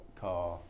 car